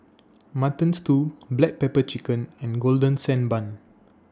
Mutton Stew Black Pepper Chicken and Golden Sand Bun